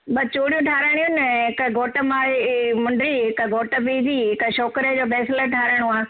ॿ चूड़ीयूं ठाराहिणियूं आहिनि हिकु घोट माउ जी जी मुंडी हिक घोट पीउ जी हिकु छोकिरे जो ब्रेसलेट ठाराहिणो आहे